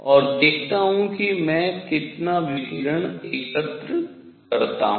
और देखता हूँ कि मैं कितना विकिरण एकत्र करता हूँ